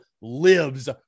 lives